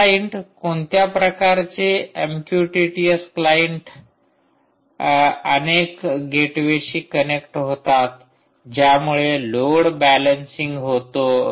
client कोणत्या प्रकारचे MQTT S client अनेक गेटवेशी कनेक्ट होतात ज्यामुळे लोड बॅलेंसिंग होतो